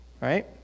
right